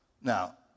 Now